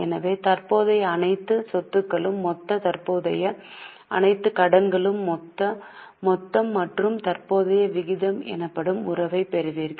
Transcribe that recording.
எனவே தற்போதைய அனைத்து சொத்துகளும் மொத்தம் தற்போதைய அனைத்து கடன்களும் மொத்தம் மற்றும் தற்போதைய விகிதம் எனப்படும் உறவைப் பெறுவீர்கள்